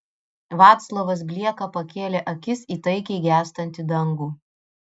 vaclovas blieka pakėlė akis į taikiai gęstantį dangų